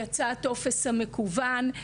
יצא הטופס המקוון,